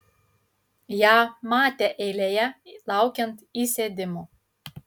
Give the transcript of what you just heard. ją matė eilėje laukiant įsėdimo